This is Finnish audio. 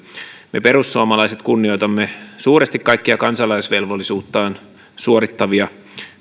me perussuomalaiset kunnioitamme suuresti kaikkia kansalaisvelvollisuuttaan suorittavia